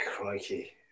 Crikey